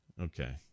Okay